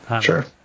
Sure